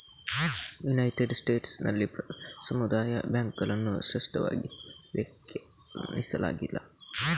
United States ನಲ್ಲಿ ಸಮುದಾಯ ಬ್ಯಾಂಕುಗಳನ್ನು ಸ್ಪಷ್ಟವಾಗಿ ವ್ಯಾಖ್ಯಾನಿಸಲಾಗಿಲ್ಲ